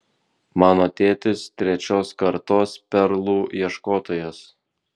mano tėtis trečios kartos perlų ieškotojas